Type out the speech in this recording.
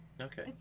Okay